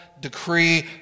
decree